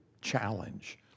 challenge